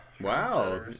Wow